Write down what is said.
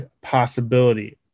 possibility